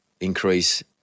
increase